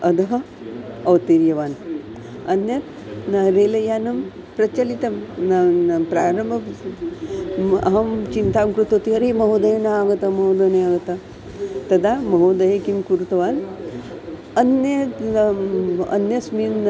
अधः अवतीर्यवान् अन्यत् रेलयानं प्रचलितं न न प्रारम्भः अहं चिन्तां कृतवती अरे महोदय न आगतः महोदयः न आगतः तदा महोदयः किं कृतवान् अन्यत् अन्यस्मिन्